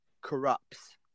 Corrupts